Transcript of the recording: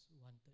wanted